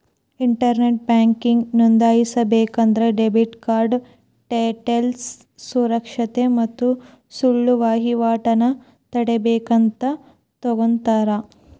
internet banking ನೋಂದಾಯಿಸಬೇಕಂದ್ರ debit card ಡೇಟೇಲ್ಸ್ನ ಸುರಕ್ಷತೆ ಮತ್ತ ಸುಳ್ಳ ವಹಿವಾಟನ ತಡೇಬೇಕಂತ ತೊಗೋತರ